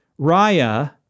Raya